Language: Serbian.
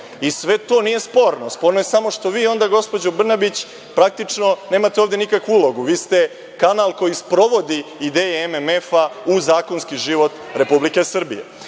MMF.Sve to nije sporno, sporno je samo što vi onda, gospođo Brnabić, praktično nemate ovde nikakvu ulogu. Vi ste kanal koji sprovodi ideje MMF-a u zakonski život Republike Srbije.